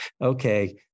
Okay